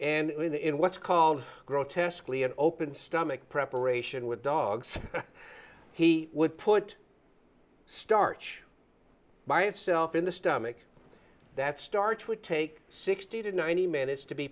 and in what's called grotesquely an open stomach preparation with dogs he would put starch by itself in the stomach that starch would take sixty to ninety minutes to be